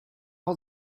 all